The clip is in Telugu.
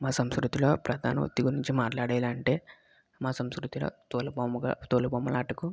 మా సంస్కృతిలో ప్రధాన వృత్తి గురించి మాట్లాడాలి అంటే మా సంస్కృతిలో తోలుబొమ్మలు తోలుబొమ్మల ఆటకు